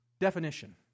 definition